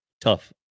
tough